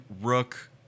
Rook